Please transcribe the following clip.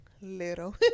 little